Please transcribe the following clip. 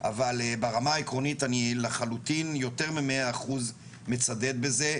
אבל ברמה העקרונית אני לחלוטין יותר ממאה אחוז מצדד בזה,